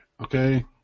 okay